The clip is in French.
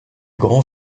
grands